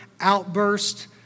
outburst